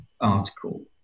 article